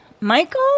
Michael